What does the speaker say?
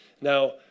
Now